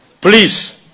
please